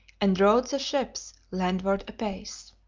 and rowed the ships landward apace.